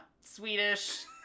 Swedish